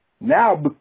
now